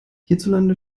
hierzulande